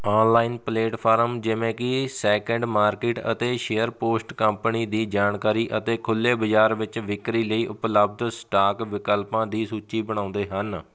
online platform ਜਿਵੇਂ ਕਿ second market ਅਤੇ ਸ਼ੇਅਰਪੋਸਟ ਕੰਪਨੀ ਦੀ ਜਾਣਕਾਰੀ ਅਤੇ ਖੁੱਲ੍ਹੇ ਬਾਜ਼ਾਰ ਵਿੱਚ ਵਿਕਰੀ ਲਈ ਉਪਲਬਧ ਸਟਾਕ ਵਿਕਲਪਾਂ ਦੀ ਸੂਚੀ ਬਣਾਉਂਦੇ ਹਨ